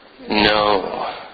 No